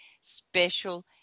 special